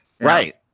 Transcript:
Right